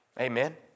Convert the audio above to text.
Amen